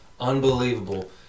unbelievable